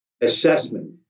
assessment